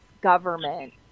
government